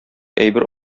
әйбер